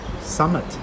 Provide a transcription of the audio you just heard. Summit